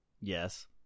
Yes